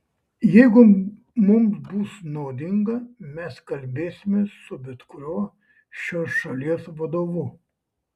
jeigu mums bus naudinga mes kalbėsimės su bet kuriuo šios šalies vadovu